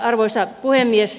arvoisa puhemies